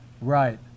right